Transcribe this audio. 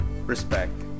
respect